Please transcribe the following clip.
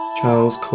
Charles